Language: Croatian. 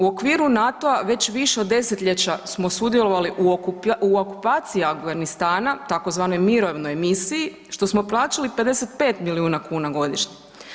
U okviru NATO-a već više od desetljeća smo sudjelovali u okupaciji Afganistana tzv. mirovnoj misiji, što smo plaćali 55 milijuna kuna godišnje.